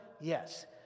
Yes